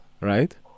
right